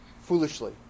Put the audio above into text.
foolishly